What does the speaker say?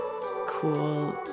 cool